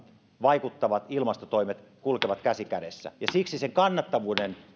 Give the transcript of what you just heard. vaikuttavat ilmastotoimet kulkevat käsi kädessä siksi sen kannattavuuden